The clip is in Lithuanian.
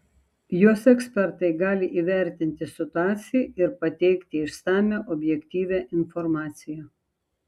jos ekspertai gali įvertinti situaciją ir pateikti išsamią objektyvią informaciją